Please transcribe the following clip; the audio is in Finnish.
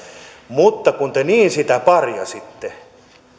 mutta kun te niin sitä parjasitte